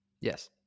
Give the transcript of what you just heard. Yes